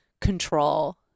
control